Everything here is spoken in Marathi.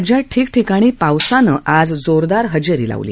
राज्यात ठिकठिकाणी पावसानं जोरदार हजेरी लावली